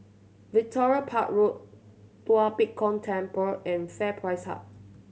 Victoria Park Road Tua Pek Kong Temple and FairPrice Hub